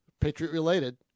Patriot-related